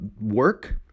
work